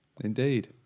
indeed